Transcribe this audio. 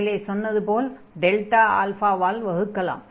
மேலே சொன்னதுபோல் ஆல் வகுக்கலாம்